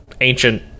ancient